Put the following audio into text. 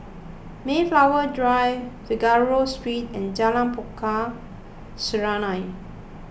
Mayflower Drive Figaro Street and Jalan Pokok Serunai